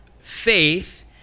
faith